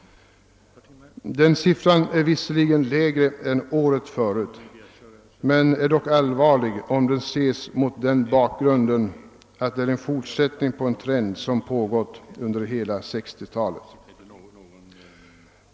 Denna siffra är visserligen lägre än siffran för föregående år, men den är ändå allvarlig mot bakgrund av att den utgör fortsättningen på en trend som pågått under hela 1960-talet.